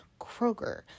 Kroger